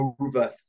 over